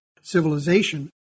civilization